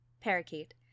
Parakeet